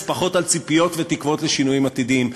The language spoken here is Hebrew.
פחות על ציפיות ותקוות לשינויים עתידיים".